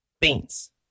Beans